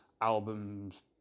albums